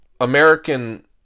American